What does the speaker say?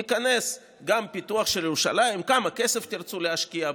ייכנס גם פיתוח של ירושלים: כמה כסף תרצו להשקיע בה,